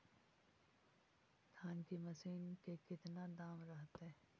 धान की मशीन के कितना दाम रहतय?